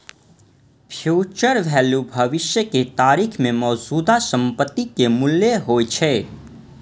future value भविष्य के तारीख मे मौजूदा संपत्ति के मूल्य होइ छै